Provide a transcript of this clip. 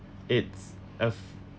it's of